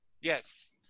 Yes